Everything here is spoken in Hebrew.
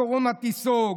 הקורונה תיסוג,